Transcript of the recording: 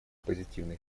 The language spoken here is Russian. позитивный